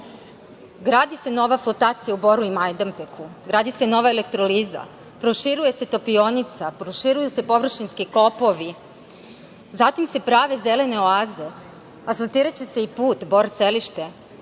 Gradi se nova flotacija u Boru i Majdanpeku, gradi se nova elektroliza, proširuje se topionica, proširuju se površinski kopovi, zatim se prave zelene oaze, asfaltiraće se i put Bor-Selište,